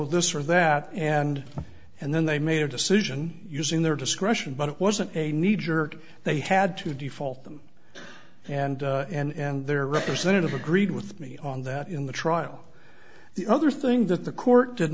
also this or that and and then they made a decision using their discretion but it wasn't a kneejerk they had to default and and their representative agreed with me on that in the trial the other thing that the court did